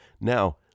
Now